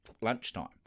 lunchtime